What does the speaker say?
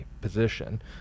position